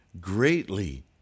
greatly